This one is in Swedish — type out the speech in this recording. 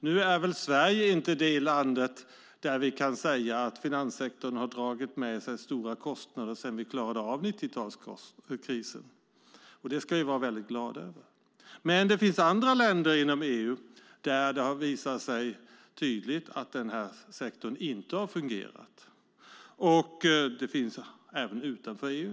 Nu är väl Sverige inte ett land där vi kan säga att finanssektorn har dragit med sig stora kostnader sedan vi klarade av 90-talskrisen, och det ska vi vara glada över. Men det finns andra länder inom EU där det tydligt har visat sig att den här sektorn inte har fungerat. Det gäller även länder utanför EU.